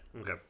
Okay